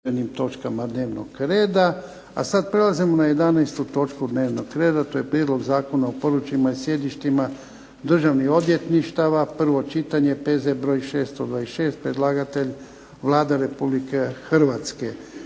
**Jarnjak, Ivan (HDZ)** a sad prelazimo na 11. točku dnevnog reda. To je - Prijedlog zakona o područjima i sjedištima Državnih odvjetništava, prvo čitanje, P.Z. br. 626. Predlagatelj Vlada Republike Hrvatske.